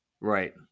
right